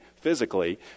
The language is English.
physically